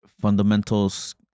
fundamentals